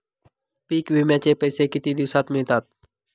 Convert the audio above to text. पीक विम्याचे पैसे किती दिवसात मिळतात?